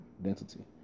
identity